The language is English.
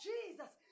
Jesus